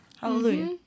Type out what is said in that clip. Hallelujah